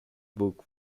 book